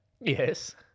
Yes